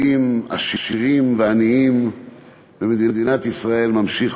שהפער בין תלמידים עשירים ועניים במדינת ישראל ממשיך